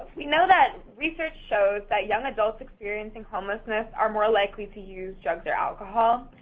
we know that research shows that young adults experiencing homelessness are more likely to use drugs or alcohol.